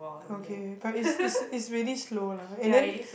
okay but is is is really slow lah and then